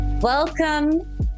Welcome